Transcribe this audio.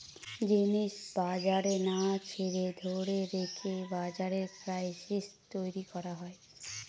জিনিস বাজারে না ছেড়ে ধরে রেখে বাজারে ক্রাইসিস তৈরী করা হয়